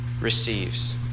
receives